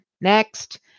Next